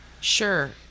Sure